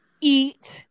eat